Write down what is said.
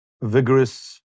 vigorous